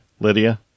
Lydia